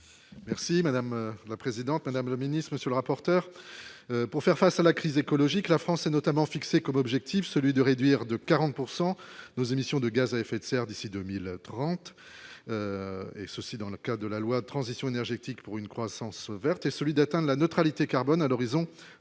Merci madame la présidente, madame le ministre, monsieur le rapporteur, pour faire face à la crise écologique, la France s'est notamment fixé comme objectif, celui de réduire de 40 pourcent nos émissions de gaz à effet de serre d'ici 2030 et ceci dans le cas de la loi de transition énergétique pour une croissance verte et solide, atteint de la neutralité carbone à l'horizon 2050